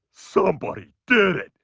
somebody did it.